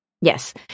Yes